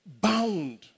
bound